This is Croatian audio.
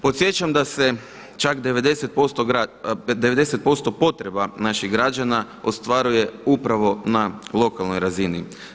Podsjećam da se čak 90% potreba naših građana ostvaruje upravo na lokalnoj razini.